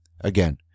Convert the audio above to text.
Again